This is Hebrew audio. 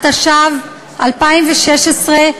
התשע"ו 2016,